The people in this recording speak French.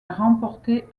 remporter